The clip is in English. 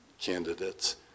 candidates